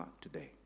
today